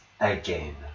again